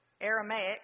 Aramaic